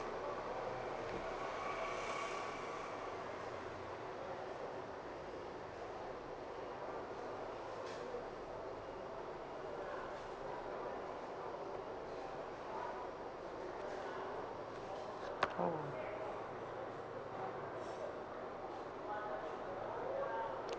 oh